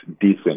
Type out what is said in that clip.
decent